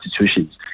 institutions